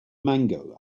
mango